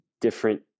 different